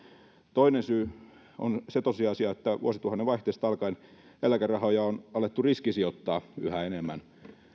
toinen syy on se tosiasia että vuosituhannen vaihteesta alkaen eläkerahoja on alettu riskisijoittaa yhä enemmän